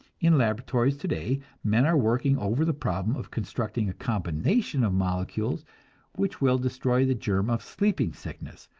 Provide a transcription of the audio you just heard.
in laboratories today men are working over the problem of constructing a combination of molecules which will destroy the germ of sleeping sickness,